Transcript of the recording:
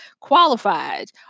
qualified